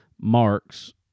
marks